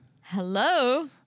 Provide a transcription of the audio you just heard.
hello